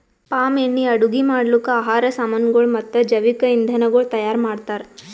palm ಎಣ್ಣಿ ಅಡುಗಿ ಮಾಡ್ಲುಕ್, ಆಹಾರ್ ಸಾಮನಗೊಳ್ ಮತ್ತ ಜವಿಕ್ ಇಂಧನಗೊಳ್ ತೈಯಾರ್ ಮಾಡ್ತಾರ್